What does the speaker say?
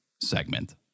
segment